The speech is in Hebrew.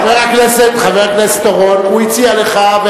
חבר הכנסת אורון, הוא הציע לך.